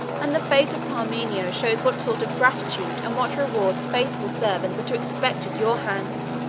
and the fate of parmenio shows what sort of gratitude and what rewards faithful servants are to expect at your hands.